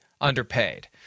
underpaid